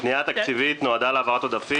הפנייה התקציבית נועדה להעברת עודפים